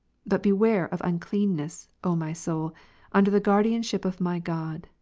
butbewareofuncleanness omysoul under the guardianship of my god,